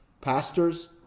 pastors